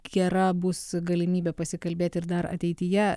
gera bus galimybė pasikalbėti ir dar ateityje